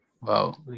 wow